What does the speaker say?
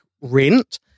rent